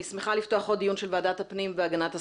אני שמחה לפתוח עוד דיון של ועדת הפנים והגנת הסביבה.